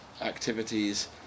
activities